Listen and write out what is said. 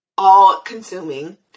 all-consuming